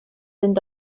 sind